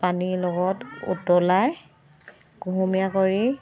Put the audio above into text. পানীৰ লগত উতলাই কুহুমীয়া কৰি